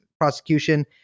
prosecution